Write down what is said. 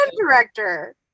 director